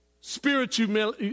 spiritual